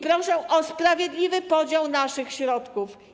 Proszę o sprawiedliwy podział naszych środków.